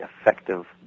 effective